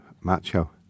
macho